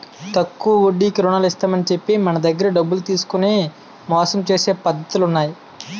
తక్కువ వడ్డీకి రుణాలు ఇస్తామని చెప్పి మన దగ్గర డబ్బులు తీసుకొని మోసం చేసే పద్ధతులు ఉన్నాయి